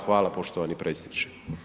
Hvala poštovani predsjedniče.